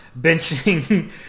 benching